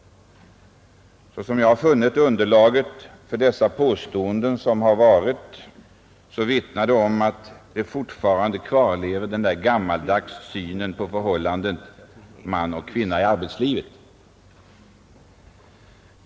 Så som jag har funnit underlaget för dessa påståenden vittnar det om att fortfarande den gammaldags synen på förhållandet mellan man och kvinna kvarlever i arbetslivet.